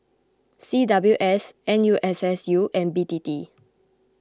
C W S N U S S U and B T T